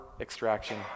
extraction